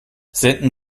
senden